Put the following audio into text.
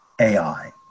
AI